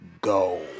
go